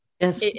Yes